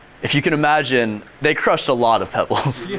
if you can imagine they crushed a lot of pebbles. yeah